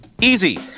Easy